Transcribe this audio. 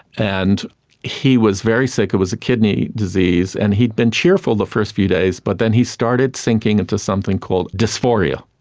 and he was very sick, it was a kidney disease, and he had been cheerful the first few days but then he started sinking into something called dysphoria.